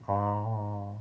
orh